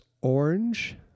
orange